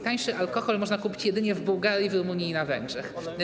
Tańszy alkohol można kupić jedynie w Bułgarii, w Rumunii i na Węgrzech.